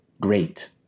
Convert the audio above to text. great